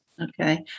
Okay